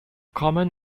common